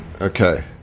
Okay